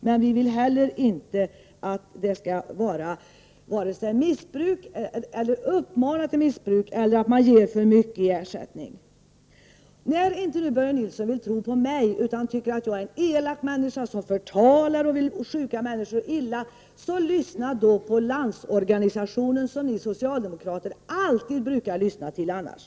Men vi vill inte att människor skall uppmanas till missbruk eller att man ger för mycket i ersättning. När Börje Nilsson inte vill tro på mig utan tycker att jag är en elak människa som förtalar och vill sjuka människor illa, lyssna på Landsorganisationen som ni socialdemokrater alltid lyssnar till annars!